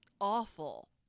awful